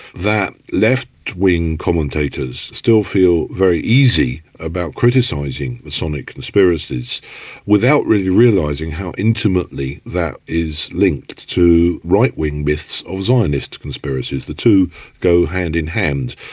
that left-wing commentators still feel very easy about criticising masonic conspiracies without really realising how intimately that is linked to right-wing myths of zionist conspiracies. the two go hand in hand.